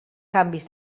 canvis